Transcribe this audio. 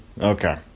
Okay